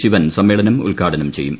ശിവൻ സമ്മേ ളനം ഉദ്ഘാടനം ചെയ്യും